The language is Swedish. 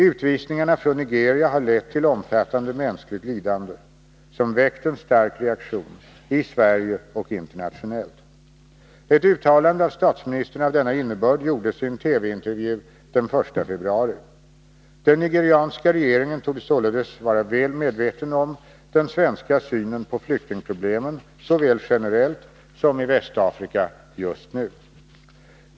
Utvisningarna från Nigeria har lett till omfattande mänskligt lidande, som väckt en stark reaktion, i Sverige och internationellt. Ett uttalande av statsministern av denna innebörd gjordes i en TV-intervju den 1 februari. Den nigerianska regeringen torde sålunda vara väl medveten om den svenska synen på flyktingproblemen såväl generellt som i Västafrika just nu.